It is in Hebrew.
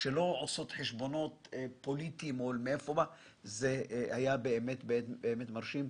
מבלי לעשות חשבונות פוליטיים, זה באמת מרשים.